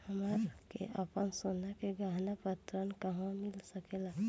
हमरा के आपन सोना के गहना पर ऋण कहवा मिल सकेला?